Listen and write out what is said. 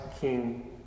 King